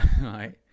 Right